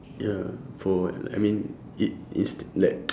ya for I mean it is like